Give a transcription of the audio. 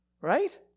right